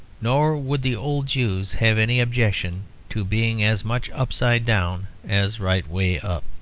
nor would the old jews have any objection to being as much upside down as right way up.